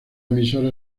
emisora